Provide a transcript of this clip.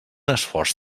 esforç